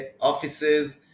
offices